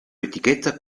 etichetta